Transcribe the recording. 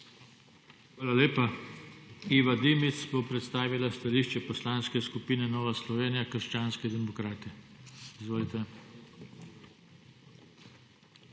Hvala lepa. Iva Dimic bo predstavila stališče Poslanske skupine Nova Slovenija – krščanski demokrati. Izvolite.